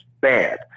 bad